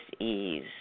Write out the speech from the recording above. ease